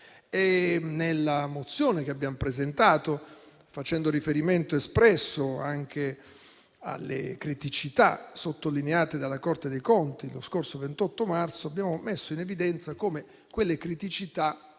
Nella mozione che abbiamo presentato, facendo riferimento espresso anche alle criticità sottolineate dalla Corte dei conti lo scorso 28 marzo, abbiamo messo in evidenza come quelle criticità